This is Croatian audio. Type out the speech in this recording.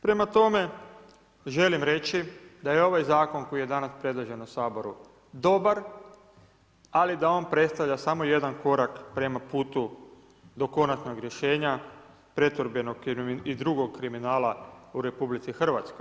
Prema tome, želim reći da je ovaj Zakon koji je danas predložen u Saboru dobar, ali da on predstavlja samo jedan korak prema putu do konačnog rješenja pretvorbenog i drugog kriminala u RH.